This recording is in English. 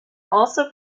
also